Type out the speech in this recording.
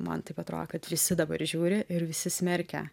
man taip atrodė kad visi dabar žiūri ir visi smerkia